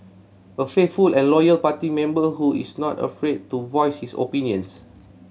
a faithful and loyal party member who is not afraid to voice his opinions